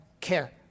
care